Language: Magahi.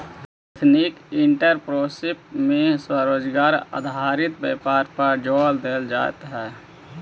एथनिक एंटरप्रेन्योरशिप में स्वरोजगार आधारित व्यापार पर जोड़ देल जा हई